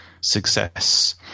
success